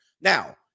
Now